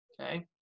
okay